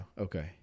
okay